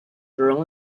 girl